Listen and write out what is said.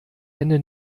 hände